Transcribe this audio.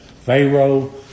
Pharaoh